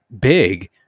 big